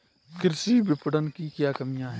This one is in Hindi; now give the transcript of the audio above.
कृषि विपणन की क्या कमियाँ हैं?